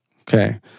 Okay